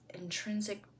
intrinsic